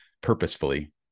purposefully